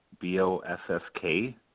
B-O-S-S-K